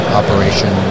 operation